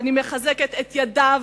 ואני מחזקת את ידיו,